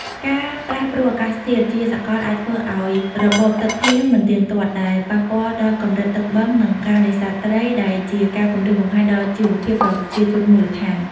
ការប្រែប្រួលអាកាសធាតុជាសកលអាចធ្វើឱ្យរបបទឹកភ្លៀងមិនទៀងទាត់ ដែលប៉ះពាល់ដល់កម្រិតទឹកបឹងនិងការនេសាទត្រី ដែលជាការគំរាមកំហែងដល់ជីវភាពប្រជាជនមូលដ្ឋាន។